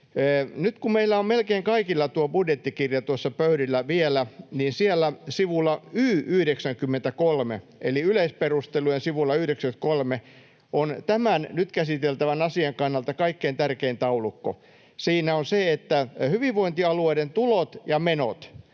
Nyt kun meillä on melkein kaikilla tuo budjettikirja tuossa pöydillä vielä, niin siellä sivulla Y 93, eli yleisperustelujen sivulla 93, on tämän nyt käsiteltävän asian kannalta kaikkein tärkein taulukko. Siinä ovat hyvinvointialueiden tulot ja menot